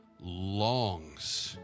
longs